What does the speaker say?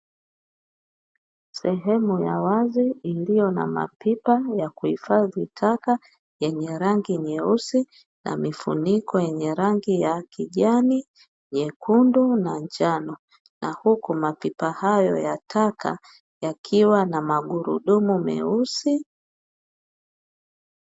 Sehemu ya wazi iliyo na mapipa ya kuhifadhi taka yenye rangi nyeusi na mifuniko yenye rangi ya kijani, nyekundu na njano na huku mapipa hayo ya taka yakiwa na magurudumu meusi.